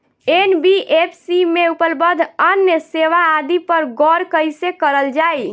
NBFC में उपलब्ध अन्य सेवा आदि पर गौर कइसे करल जाइ?